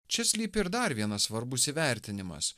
čia slypi ir dar vienas svarbus įvertinimas